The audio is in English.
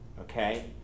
okay